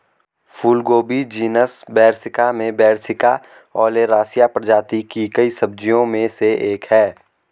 फूलगोभी genus Brassica में Brassica oleracea प्रजाति की कई सब्जियों में से एक है